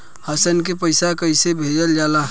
हमन के पईसा कइसे भेजल जाला?